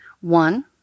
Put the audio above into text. One